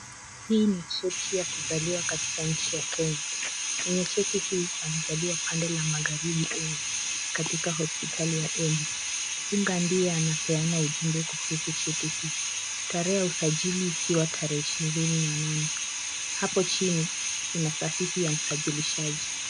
Hii ni cheti ya kuzaliwa katika nchi ya Kenya. Kwenye cheti hii, amezaliwa pande ya magharibi, katika hospitali ya Embu. Mkunga ndiye anapeana ujumbe kuhusu cheti hii. Tarehe ya usajili ikiwa tarehe 28. Hapo chini kuna sahihi ya msajilishaji.